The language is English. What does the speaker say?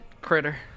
Critter